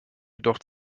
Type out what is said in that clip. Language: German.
jedoch